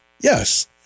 Yes